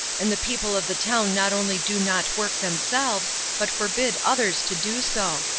and the people of the town not only do not work themselves but forbid others to do so.